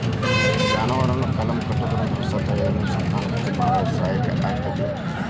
ಜಾನುವಾರುಗಳನ್ನ ಕಲಂ ಕಟ್ಟುದ್ರಿಂದ ಹೊಸ ತಳಿಗಳನ್ನ ಸಂತಾನೋತ್ಪತ್ತಿ ಮಾಡಾಕ ಸಹಾಯ ಆಕ್ಕೆತಿ